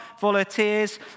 Volunteers